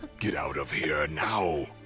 get out of here, now!